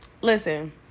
listen